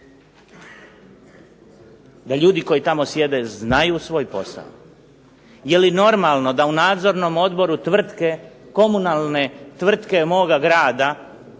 da ljudi koji tamo sjede znaju svoj posao. Je li normalno da u nadzornom odboru tvrtke komunalne tvrtke moga grada